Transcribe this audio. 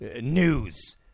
news